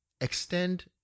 extend